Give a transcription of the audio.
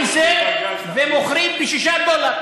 זה עולה 40 סנט ומוכרים ב-6 דולר,